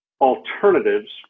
alternatives